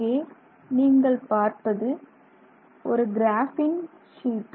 இங்கே நீங்கள் பார்ப்பது ஒரு கிராபின் ஷீட்